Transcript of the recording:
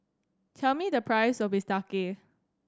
tell me the price of Bistake